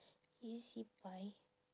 ezbuy